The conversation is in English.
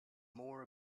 more